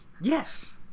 yes